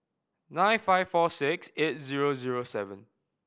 nine five four six eight zero zero seven